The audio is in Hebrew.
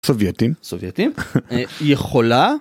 סובייטים סובייטים יכולה.